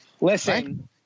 Listen